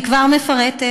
אני כבר מפרטת,